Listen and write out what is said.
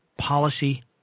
policy